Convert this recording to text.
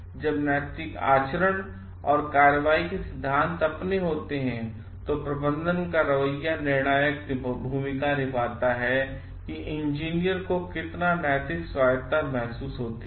जब नैतिक आचरण और कार्रवाई के सिद्धांत अपने होते हैं तो प्रबंधन का रवैया निर्णायक भूमिका निभाता है कि इंजीनियरों को कितना नैतिक स्वायत्तता महसूस होती है